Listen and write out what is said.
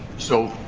so,